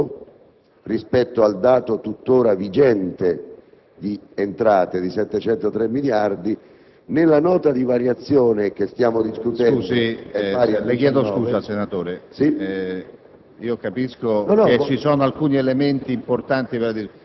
come mai questi 25 miliardi di extragettito, rispetto al dato tuttora vigente di entrate di 703 miliardi nella Nota di aggiornamento che stiamo discutendo... PRESIDENTE. Le chiedo scusa, senatore